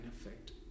effect